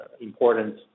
important